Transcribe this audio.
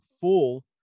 full